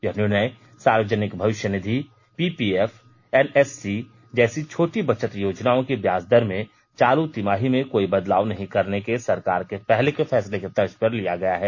यह निर्णय सार्वजनिक भविष्य निधि पीपीएफ एनएससी जैसी छोटी बचत योजनाओं की ब्याज दर में चालू तिमाही में कोई बदलाव नहीं करने के सरकार के पहले के फैसले की तर्ज पर लिया गया है